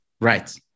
Right